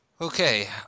Okay